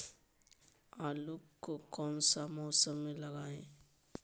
आलू को कौन सा मौसम में लगाए?